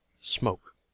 Smoke